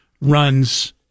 Runs